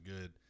good